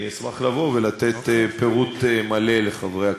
אני אשמח לבוא ולתת פירוט מלא לחברי הכנסת.